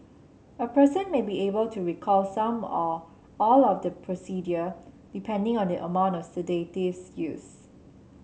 a person may be able to recall some or all of the procedure depending on the amount of sedatives used